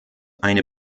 eine